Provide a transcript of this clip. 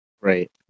Right